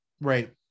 Right